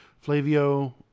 Flavio